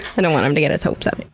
i don't want him to get his hopes up.